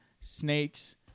snakes